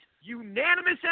unanimous